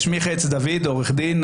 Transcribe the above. שמי חץ-דוד, עורך דין.